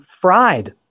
fried